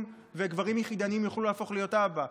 וגברים יחידנים יוכלו להפוך להיות אבא.